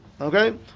Okay